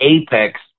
apex